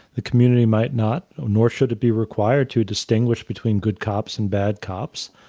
the community might not, nor should it be required to distinguish between good cops and bad cops,